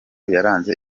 yaranze